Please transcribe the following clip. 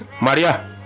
Maria